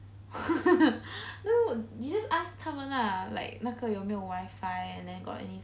no you just ask 他们 lah like 那个有没有 wifi and then got any